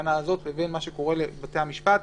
התקנה הזאת לבין מה שקורה בבתי המשפט,